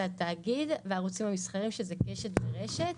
התאגיד והערוצים המסחריים שהם קשת ורשת,